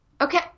okay